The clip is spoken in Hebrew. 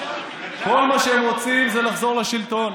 כל מה שהם רוצים זה לחזור לשלטון,